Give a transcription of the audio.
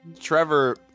Trevor